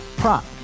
prop